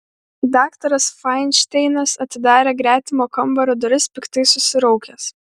daktaras fainšteinas atidarė gretimo kambario duris piktai susiraukęs